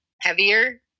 heavier